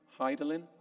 Heidelin